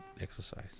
exercise